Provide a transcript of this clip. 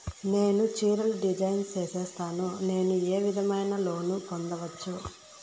నేను చీరలు డిజైన్ సేస్తాను, నేను ఏ విధమైన లోను పొందొచ్చు